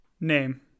name